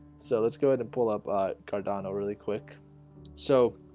so let's go ahead and pull up card on. oh really quick so